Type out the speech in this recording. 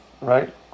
right